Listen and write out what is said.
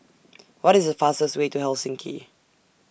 What IS The fastest Way to Helsinki